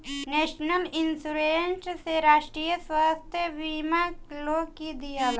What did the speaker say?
national insurance से राष्ट्रीय स्वास्थ्य बीमा लोग के दियाला